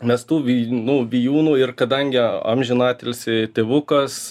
mes tų vi nu vijūnų ir kadangi amžiną atilsį tėvukas